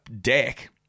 deck